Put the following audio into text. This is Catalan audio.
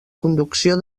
conducció